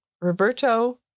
Roberto